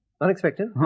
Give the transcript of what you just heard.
Unexpected